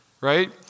right